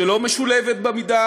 שלא משולבת במידה